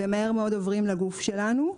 ומהר מאוד עוברים לגוף שלנו.